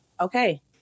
Okay